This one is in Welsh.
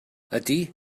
ydy